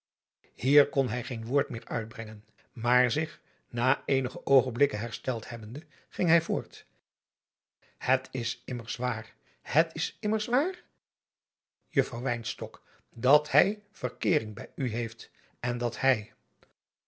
kon hij geen woord meer uitbrengen maar zich na eenige oogenblikken hersteld hebbende ging hij voort het is immers waar het is immers waar juffrouw wynstok dat hij verkeering bij u heeft en dat hij